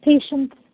patients